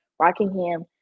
Rockingham